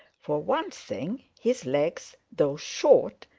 for one thing his legs, though short,